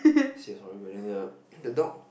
serious horrible then the the dog